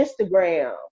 Instagram